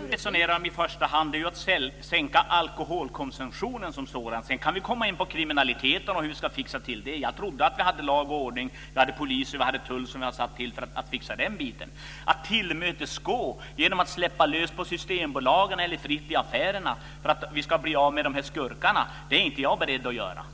Fru talman! Vad vi resonerar om i första hand är att sänka alkoholkonsumtionen som sådan. Sedan kan vi komma in på kriminalitet och hur vi ska fixa till det. Jag trodde att vi hade lag och ordning, polis och tull som är tillsatta för att fixa till det. Att tillmötesgå genom att släppa löst på Systembolaget eller fritt i affärerna för att vi ska bli av med skurkarna är inte jag beredd att göra.